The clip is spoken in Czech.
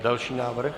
Další návrh.